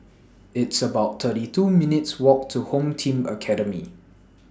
It's about thirty two minutes Walk to Home Team Academy